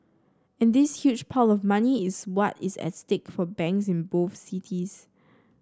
and this huge pile of money is what is at stake for banks in both cities